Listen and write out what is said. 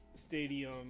Stadium